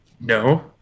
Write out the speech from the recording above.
No